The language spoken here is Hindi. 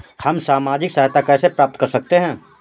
हम सामाजिक सहायता कैसे प्राप्त कर सकते हैं?